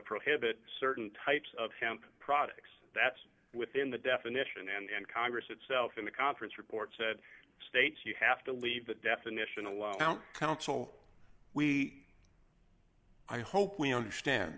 prohibit certain types of hemp products that's within the definition and congress itself in the conference report said states you have to leave the definition of council we i hope we understand